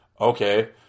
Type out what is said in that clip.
okay